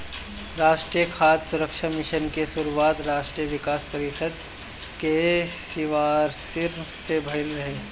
राष्ट्रीय खाद्य सुरक्षा मिशन के शुरुआत राष्ट्रीय विकास परिषद के सिफारिस से भइल रहे